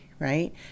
right